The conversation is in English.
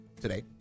today